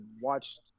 watched